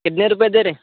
कितने रुपए दे रहे